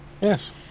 Yes